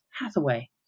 Hathaway